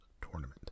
tournament